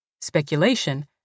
Speculation